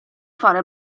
fare